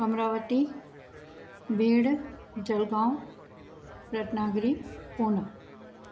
Amravati Beed Jalgaon Ratnagiri Pune